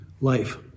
life